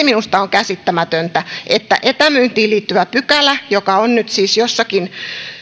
minusta on käsittämätöntä että etämyyntiin liittyvä pykälä joka on nyt siis jossakin